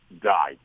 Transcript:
died